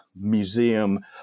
museum